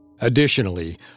Additionally